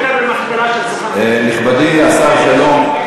נכבדי השר שלום,